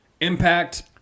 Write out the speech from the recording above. Impact